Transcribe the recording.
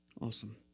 Awesome